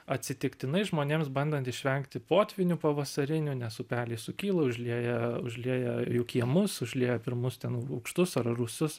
atsitiktinai žmonėms bandant išvengti potvynių pavasarinių nes upeliai sukyla užlieja užlieja jų kiemus užlieja pirmus ten a aukštus ar rūsius